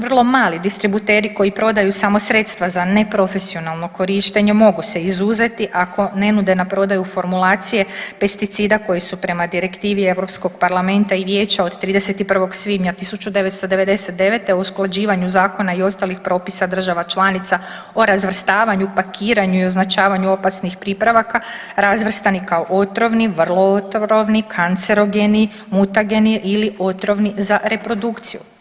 Vrlo mali distributeri koji prodaju samo sredstava za neprofesionalno korištenje mogu se izuzeti ako ne nude na prodaju formulacije pesticida koji su prema Direktivi Europskog parlamenta i vijeća od 31. svibnja 1999. o usklađivanju zakona i ostalih propisa država članica o razvrstavanju, pakiranju i označavanju opasnih pripravaka razvrstani kao otrovni, vrlo otrovni, kancerogeni, mutageni ili otrovni za reprodukciju.